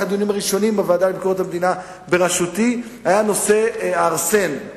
אחד הדיונים הראשונים בוועדה לביקורת המדינה בראשותי היה נושא הארסן,